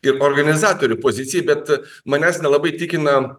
ir organizatorių pozicijai bet manęs nelabai tikina